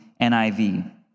NIV